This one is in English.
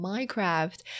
Minecraft